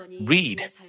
read